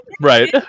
right